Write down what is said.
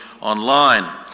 online